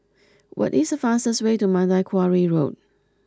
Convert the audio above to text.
what is the fastest way to Mandai Quarry Road